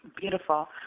Beautiful